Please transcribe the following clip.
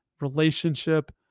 relationship